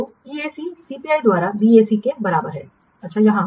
तो EAC CPI द्वारा BAC के बराबर है अच्छा यहाँ